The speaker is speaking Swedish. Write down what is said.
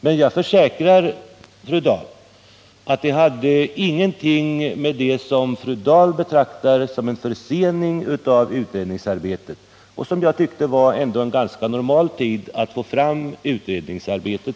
Men jag försäkrar fru Dahl att det hade ingenting att göra med det som fru Dahl betraktar som en försening av utredningsarbetet. Jag anser att det var en ganska normal tid som användes för att fullfölja utredningsarbetet.